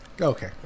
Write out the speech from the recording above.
Okay